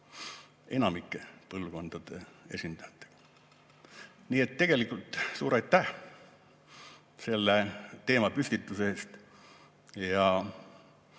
enamiku põlvkondade esindajatel. Nii et tegelikult suur aitäh selle teemapüstituse eest!